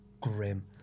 grim